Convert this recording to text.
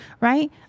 right